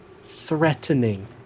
threatening